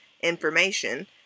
information